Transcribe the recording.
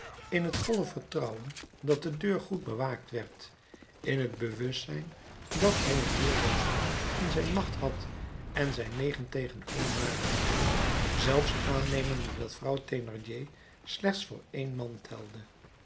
in het volle vertrouwen dat de deur goed bewaakt werd in het bewustzijn dat hij een weerloos man in zijn macht had en zij negen tegen één waren zelfs aannemende dat vrouw thénardier slechts voor één man telde